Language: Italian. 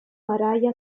araya